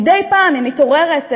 מדי פעם היא מתעוררת,